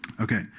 Okay